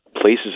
places